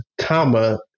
comma